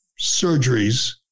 surgeries